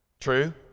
True